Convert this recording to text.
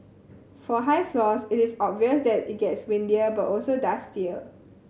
for high floors it is obvious that it gets windier but also dustier